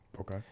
Okay